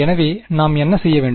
எனவே நாம் என்ன செய்ய வேண்டும்